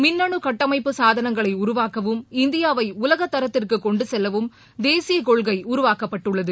மின்னணு கட்டமைப்பு சாதனங்களை உருவாக்கவும் இந்தியாவை உலக தரத்திற்கு கொண்டு செல்லவும் தேசிய கொள்கை உருவாக்கப்பட்டுள்ளது